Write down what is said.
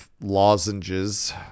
lozenges